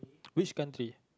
which country